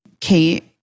Kate